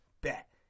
bet